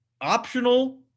optional